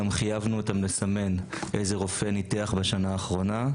גם חייבנו אותם לסמן איזה רופא ניתח בשנה האחרונה,